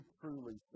truly